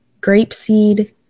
grapeseed